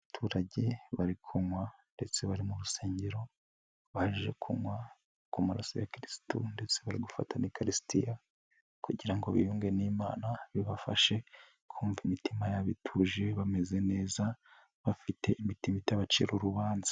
Abaturage bari kunywa ndetse bari mu rusengero, baje kunywa ku maraso ya Kristo ndetse bari gufata n'ikariristiya, kugira ngo biyunge n'Imana bibafashe kumva imitima yabo ituje bameze neza, bafite imitima itabacira urubanza.